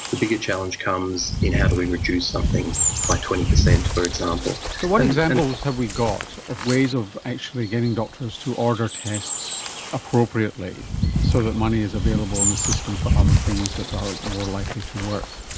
the bigger challenge comes in how do we reduce something by twenty percent, for example. so what examples have we got of ways of actually getting doctors to order tests appropriately so that money is available in the system for other things that are more likely to work?